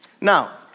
Now